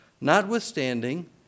Notwithstanding